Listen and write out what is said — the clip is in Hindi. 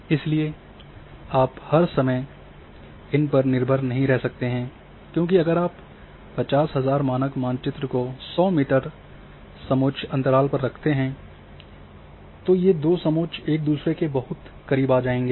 इसलिए आप हर समय निर्भर नहीं रह सकते हैं क्योंकि अगर आप 50000 मानक मानचित्र को 100 मीटर समोच्च अंतराल पर रखते हैं ये दो समोच्च एक दूसरे के बहुत करीब आ जाएंगे